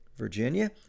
Virginia